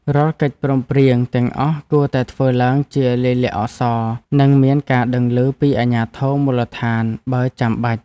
រាល់កិច្ចព្រមព្រៀងទាំងអស់គួរតែធ្វើឡើងជាលាយលក្ខណ៍អក្សរ និងមានការដឹងឮពីអាជ្ញាធរមូលដ្ឋានបើចាំបាច់។